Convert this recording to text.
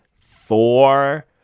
four